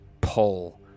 pull